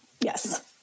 Yes